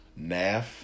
NAF